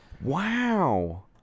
Wow